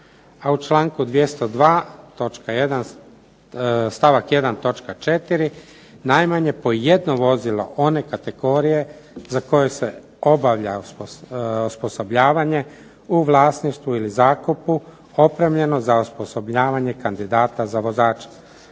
1. točka 4. najmanje po jedno vozilo one kategorije za koju se obavlja osposobljavanje u vlasništvu ili zakupu opremljeno za osposobljavanje kandidata za vozače.